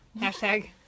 Hashtag